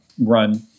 run